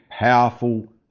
powerful